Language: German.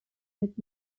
mit